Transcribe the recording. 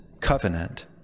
covenant